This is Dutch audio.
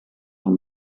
van